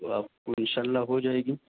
تو آپ کو ان شاء اللہ ہو جائے گی